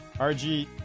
rg